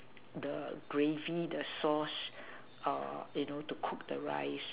the gravy the sauce uh you know to cook the rice